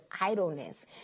idleness